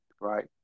right